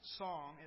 song